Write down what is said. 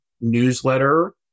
newsletter